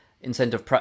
incentive